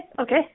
okay